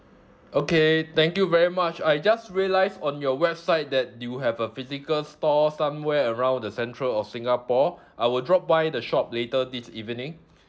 okay thank you very much I just realised on your website that you have a physical store somewhere around the central of singapore I will drop by the shop later this evening